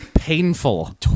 painful